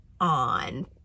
on